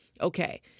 Okay